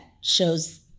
shows